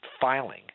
filing